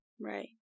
Right